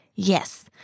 Yes